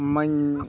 ᱢᱟᱧ